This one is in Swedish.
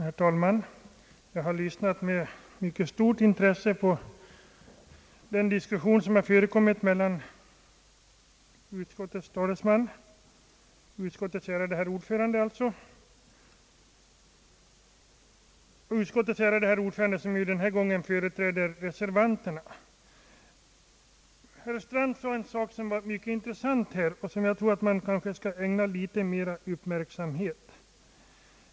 Herr talman! Jag har lyssnat med mycket stort intresse till den diskussion som ägt rum mellan utskottets ärade ordförande, som denna gång företräder reservanterna, och herr Edström. Herr Strand sade en sak som var mycket intressant och som jag tror man bör ägna litet mera uppmärksamhet.